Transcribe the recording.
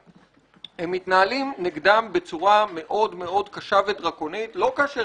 מתנהלים נגדם בצורה קשה ודרקונית לא כאשר